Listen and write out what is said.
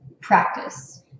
practice